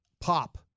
Pop